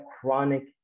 chronic